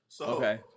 Okay